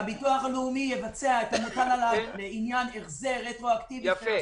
הביטוח הלאומי יבצע את המוטל עליו לעניין החזר רטרואקטיבי של הסכומים.